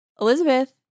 Elizabeth